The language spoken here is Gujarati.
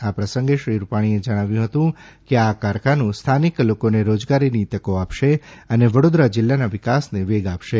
આ પ્રસંગે શ્રી રૂપાણીએ જણાવ્યું હતું કે આ કારખાનું સ્થાનિક લોકોને રોજગારીની તકો આપશે અને વડોદરા જિલ્લાના વિકાસને વેગ આપશે